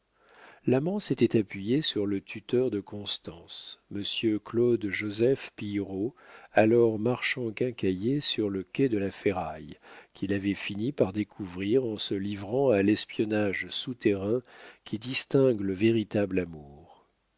s'était appuyé sur le tuteur de constance monsieur claude joseph pillerault alors marchand quincaillier sur le quai de la ferraille qu'il avait fini par découvrir en se livrant à l'espionnage souterrain qui distingue le véritable amour